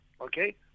okay